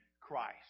Christ